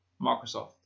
Microsoft